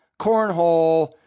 cornhole